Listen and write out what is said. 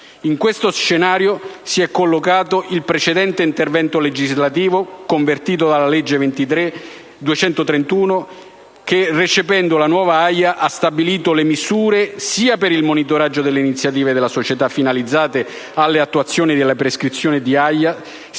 In questo scenario si è collocato il precedente intervento legislativo - convertito con la legge n. 231 del 2012 - che, recependo la nuova AIA, ha stabilito le misure sia per il monitoraggio delle iniziative della società finalizzate all'attuazione delle prescrizioni di AIA,